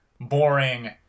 boring